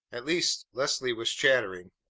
at least, leslie was chattering.